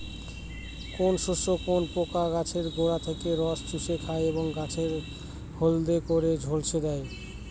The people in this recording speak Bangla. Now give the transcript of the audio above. কোন শস্যে কোন পোকা গাছের গোড়া থেকে রস চুষে খায় এবং গাছ হলদে করে ঝলসে দেয়?